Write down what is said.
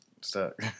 stuck